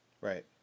Right